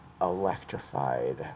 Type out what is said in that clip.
electrified